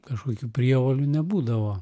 kažkokių prievolių nebūdavo